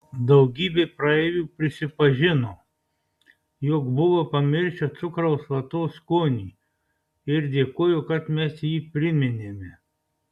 daugybė praeivių prisipažino jog buvo pamiršę cukraus vatos skonį ir dėkojo kad mes jį priminėme